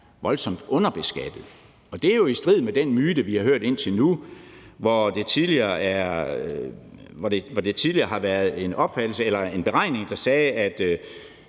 voldsomt underbeskattet. Og det er jo i strid med den myte, vi har hørt indtil nu, hvor det tidligere har været en beregning, der sagde, at